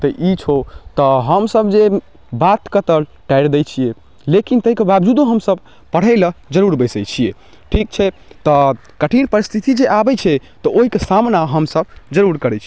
तऽ ई छौ तऽ हमसब जे बातके तऽ टालि दै छियै लेकिन ताहिके बाबजूदो हमसब पढ़ै लऽ जरूर बैसैत छियै ठीक छै तऽ कठिन परिस्थिति जे आबैत छै तऽ ओहिके सामना हमसब जरूर करैत छी